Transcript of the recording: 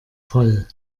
voll